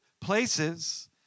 places